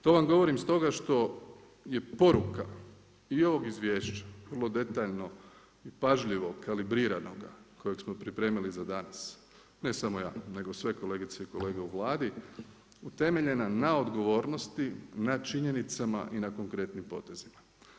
To vam govorim stoga što je poruka i ovog izvješća vrlo detaljno i pažljivo kalibriranoga kojeg smo pripremili za danas, ne samo ja nego i sve kolegice i kolege u Vladi utemeljena na odgovornosti, na činjenicama i na konkretnim potezima.